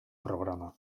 programa